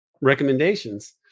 recommendations